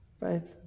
right